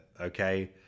okay